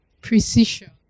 Precision